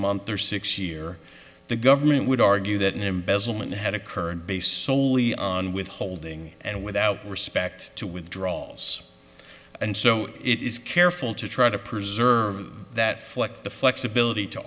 month or six year the government would argue that an embezzlement had occurred based solely on withholding and without respect to withdrawals and so it is careful to try to preserve that flecked the flexibility to